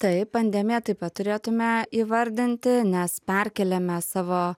taip pandemiją taip pat turėtume įvardinti nes perkeliame savo